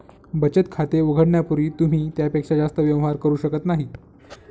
बचत खाते उघडण्यापूर्वी तुम्ही त्यापेक्षा जास्त व्यवहार करू शकत नाही